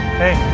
hey